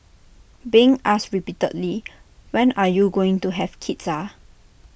being asked repeatedly when are you going to have kids ah